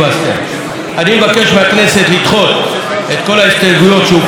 אני מבקש מהכנסת לדחות את כל ההסתייגויות שהוגשו ולאשר את